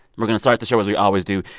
we're going to start the show as we always do.